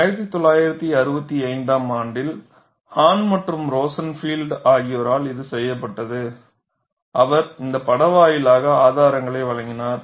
1965 ஆம் ஆண்டில் ஹான் மற்றும் ரோசன்ஃபீல்ட் ஆகியோரால் இது செய்யப்பட்டது அவர்கள் இந்த பட வாயிலாக ஆதாரங்களை வழங்கினர்